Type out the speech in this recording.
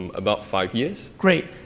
um about five years. great,